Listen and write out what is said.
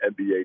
NBA